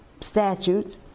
statutes